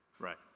Right